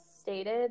stated